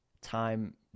time